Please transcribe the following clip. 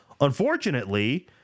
Unfortunately